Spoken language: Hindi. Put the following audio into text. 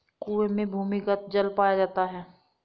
कुएं में भूमिगत जल पाया जाता है